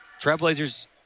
Trailblazers